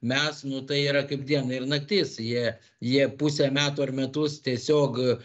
mes nu tai yra kaip diena ir naktis jie jie pusę metų ar metus tiesiog